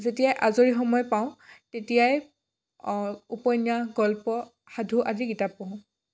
যেতিয়াই আজৰি সময় পাওঁ তেতিয়াই অঁ উপন্যাস গল্প সাধু আদি কিতাপ পঢ়োঁ